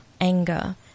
anger